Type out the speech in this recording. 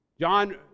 John